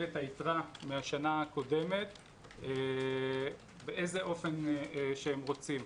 את היתרה מהשנה הקודמת באיזה אופן שהם רוצים,